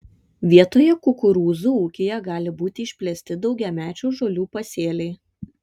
vietoje kukurūzų ūkyje gali būti išplėsti daugiamečių žolių pasėliai